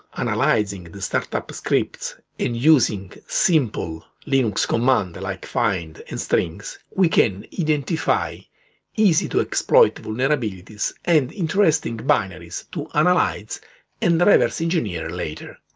analyzing the startup scripts and using simple linux commands, like find and strings, we can identify easy to exploit vulnerabilities and interesting binaries to analyze and reverse engineer later.